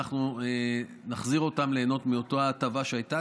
אנחנו נחזיר אותן ליהנות מאותה הטבה שהייתה,